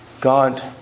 god